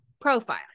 profile